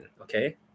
okay